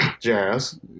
jazz